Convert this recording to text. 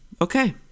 Okay